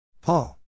Paul